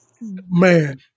Man